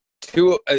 Two